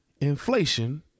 inflation